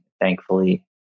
Thankfully